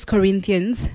Corinthians